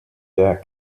der